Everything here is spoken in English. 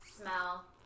smell